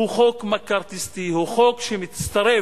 הוא חוק מקארתיסטי, הוא חוק שמצטרף